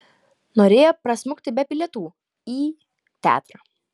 norėjo prasmukti be bilietų į teatrą